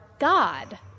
God